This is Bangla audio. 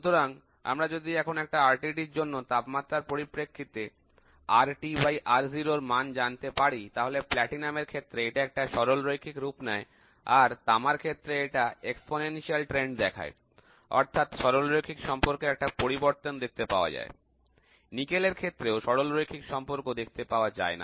সুতরাং আমরা যদি এখন একটা RTD জন্য তাপমাত্রার পরিপ্রেক্ষিতে RtR0 র মান জানতে পারি তাহলেপ্লাটিনামের ক্ষেত্রে এটা একটা সরলরৈখিক রূপ নেয় আর তামার ক্ষেত্রে এটা ব্যাখ্যামূলক প্রবণতা দেখায় অর্থাৎ সরলরৈখিক সম্পর্কের একটা পরিবর্তন দেখতে পাওয়া যায় নিকেল এর ক্ষেত্রেও সরলরৈখিক সম্পর্ক দেখতে পাওয়া যায় না